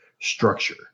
structure